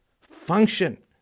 function